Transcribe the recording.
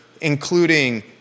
including